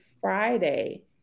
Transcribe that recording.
Friday